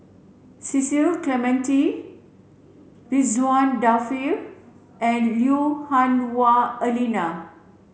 Cecil Clementi Ridzwan Dzafir and Lui Hah Wah Elena